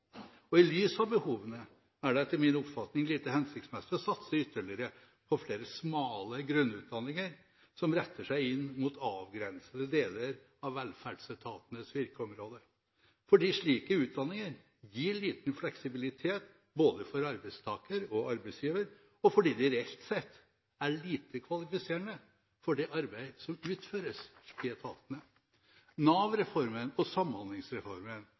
I lys av behovene er det etter min oppfatning lite hensiktsmessig å satse ytterligere på flere smale grunnutdanninger som retter seg inn mot avgrensede deler av velferdsetatenes virkeområde, fordi slike utdanninger gir liten fleksibilitet, både for arbeidstaker og arbeidsgiver, og fordi de reelt sett er lite kvalifiserende for det arbeid som utføres i etatene. Nav-reformen og Samhandlingsreformen